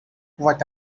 what